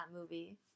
movie